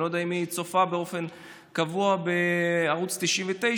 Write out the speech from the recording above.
אני לא יודע אם היא צופה באופן קבוע בערוץ 99,